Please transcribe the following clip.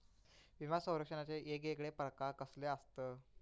विमा सौरक्षणाचे येगयेगळे प्रकार कसले आसत?